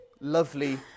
lovely